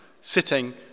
sitting